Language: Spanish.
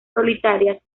solitarias